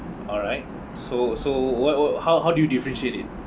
alright so so what what how how do you differentiate it